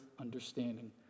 understanding